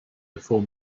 before